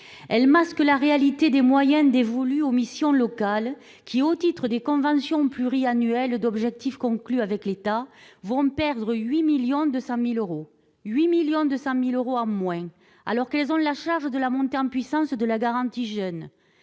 Elle masque la réalité des moyens dévolus aux missions locales, qui, au titre des conventions pluriannuelles d'objectifs conclues avec l'État, vont perdre 8,2 millions d'euros, alors qu'elles ont la charge de la montée en puissance de la garantie jeunes.